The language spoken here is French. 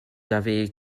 avaient